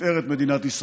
לתפארת מדינת ישראל.